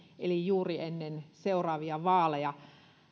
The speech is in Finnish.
eli juuri ennen seuraavia vaaleja